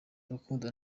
urukundo